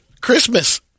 Christmas